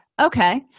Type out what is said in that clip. Okay